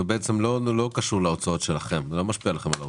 זה לא משפיע לכם על ההוצאות.